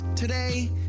Today